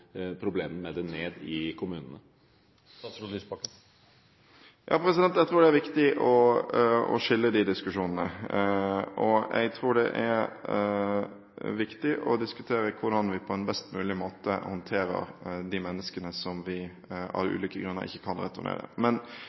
med dem over på kommunene. Jeg tror det er viktig å skille disse diskusjonene. Jeg tror det er viktig å diskutere hvordan vi på en best mulig måte håndterer de menneskene som vi av ulike grunner ikke kan returnere.